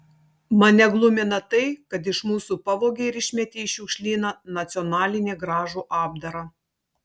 mane glumina tai kad iš mūsų pavogė ir išmetė į šiukšlyną nacionalinį gražų apdarą